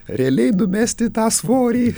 realiai numesti tą svorį